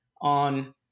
on